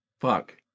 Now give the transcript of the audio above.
fuck